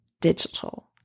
digital